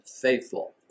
faithful